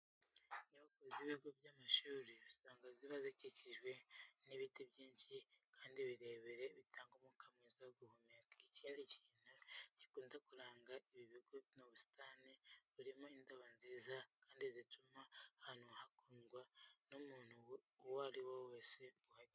Inyubako z'ibigo by'amashuri usanga ziba zikikijwe n'ibiti byinshi kandi birebire bitanga umwuka mwiza wo guhumeka. Ikindi kintu gikunda kuranga ibi bigo ni ubusitani buba burimo indabo nziza kandi butuma aho hantu hakundwa n'umuntu uwo ari we wese uhageze.